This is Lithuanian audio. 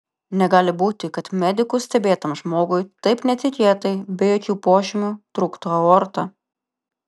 negali būti kad medikų stebėtam žmogui taip netikėtai be jokių požymių trūktų aorta